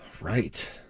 Right